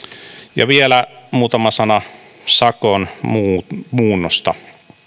ja vielä muutama sana sakon muunnosta